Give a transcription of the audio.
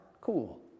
cool